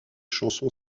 chansons